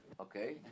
Okay